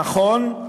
נכון,